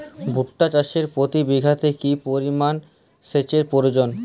ভুট্টা চাষে প্রতি বিঘাতে কি পরিমান সেচের প্রয়োজন?